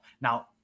Now